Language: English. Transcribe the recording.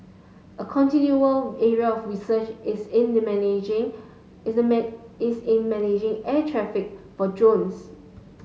a continuing area of research is in the managing is in managing air traffic for drones